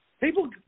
People